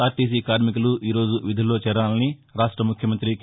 RTC కార్మికులు ఈ రోజు విధుల్లో చేరాలని రాష్ట ముఖ్యమంత్రి కె